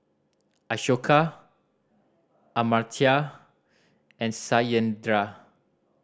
Ashoka Amartya and Satyendra